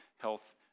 health